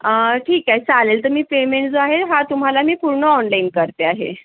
ठीक आहे चालेल तर मी पेमेंट जो आहे हा तुम्हाला मी पूर्ण ऑनलाइन करते आहे